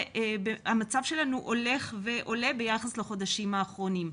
והמצב שלנו הולך ועולה ביחס לחודשים האחרונים.